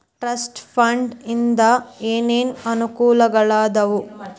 trust fund ಇಂದ ಏನೇನ್ ಅನುಕೂಲಗಳಾದವ